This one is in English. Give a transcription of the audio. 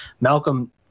malcolm